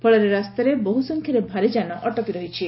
ଫଳରେ ରାସ୍ତାରେ ବହୁ ସଂଖ୍ୟାରେ ଭାରିଯାନ ଅଟକି ରହିଛି